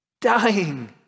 Dying